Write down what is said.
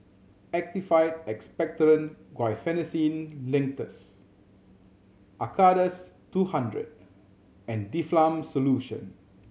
Actified Expectorant Guaiphenesin Linctus Acardust two hundred and Difflam Solution